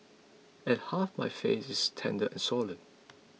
and half my face is tender and swollen